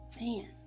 Man